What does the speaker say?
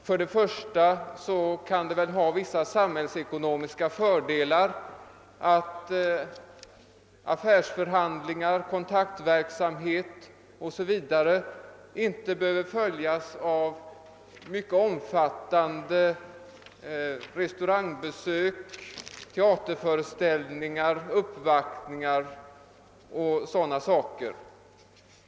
För det första kan det ha vissa samhällsekonomiska fördelar att affärsförhandlingar, kontaktverksamhet o.s.v. inte behöver följas av mycket omfattande restaurangbesök, teaterföreställningar, uppvaktningar och sådana saker.